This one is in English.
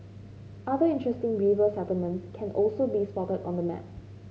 other interesting river settlements can also be spotted on the map